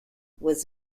was